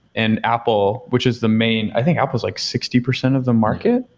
and apple, which is the main i think apple is like sixty percent of the market.